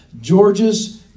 George's